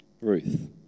Ruth